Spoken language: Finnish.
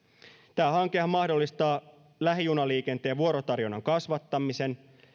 tämä hankehan mahdollistaa lähijunaliikenteen vuorotarjonnan kasvattamisen